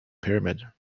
pyramid